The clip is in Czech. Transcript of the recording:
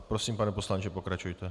Prosím, pane poslanče, pokračujte.